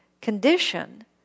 condition